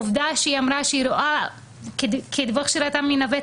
עובדה שהיא אמרה כדיווח שהיא ראתה מנווה